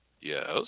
yes